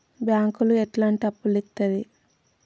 బ్యాంకులు ఎట్లాంటి అప్పులు ఇత్తది?